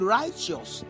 righteous